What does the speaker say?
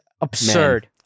absurd